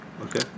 Okay